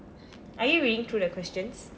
are you reading through the questions